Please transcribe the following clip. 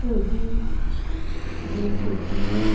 सोजी गोड सोजी